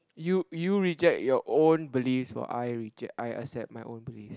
you you reject your own beliefs while I reject I I set my own belief